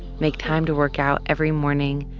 make time to work out every morning,